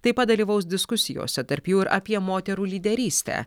taip pat dalyvaus diskusijose tarp jų ir apie moterų lyderystę